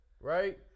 right